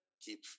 keep